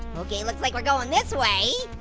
okay looks like we're going this way,